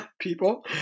people